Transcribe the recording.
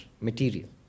material